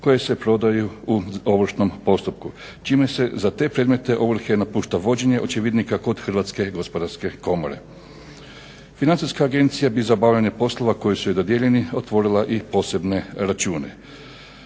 koje se prodaju u ovršnom postupku čime se za te predmete ovrhe napušta vođenje očevidnika kod HGK. Financijska agencija bi za obavljanje poslova koji su joj dodijeljeni otvorila i posebne račune.